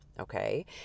Okay